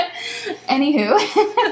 Anywho